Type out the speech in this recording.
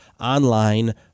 online